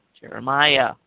Jeremiah